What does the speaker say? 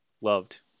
loved